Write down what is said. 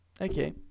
Okay